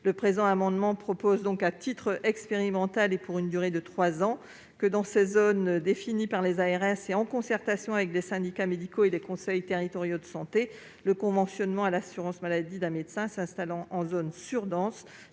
le présent amendement, à titre expérimental et pour une durée de trois ans, que dans des zones définies par les ARS, en concertation avec les syndicats médicaux et les conseils territoriaux de santé, le conventionnement à l'assurance maladie d'un médecin s'installant en zone surdense